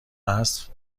است